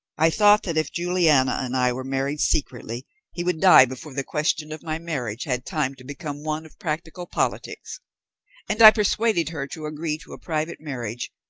i thought that if juliana and i were married secretly he would die before the question of my marriage had time to become one of practical politics and i persuaded her to agree to a private marriage,